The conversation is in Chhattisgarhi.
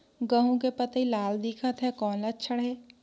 गहूं के पतई लाल दिखत हे कौन लक्षण हे?